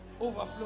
overflow